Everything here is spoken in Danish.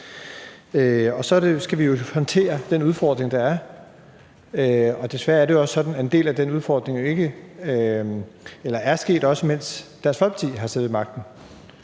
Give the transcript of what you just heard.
Så skal vi jo håndtere den udfordring, der er. Desværre er det jo også sådan, at en del af den udfordring er opstået, mens Dansk Folkeparti har siddet ved magten.